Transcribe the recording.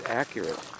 accurate